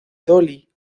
dolly